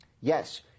Yes